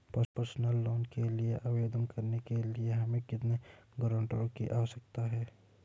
Personal loan के लिए आवेदन करने के लिए हमें कितने गारंटरों की आवश्यकता है?